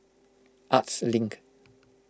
Arts Link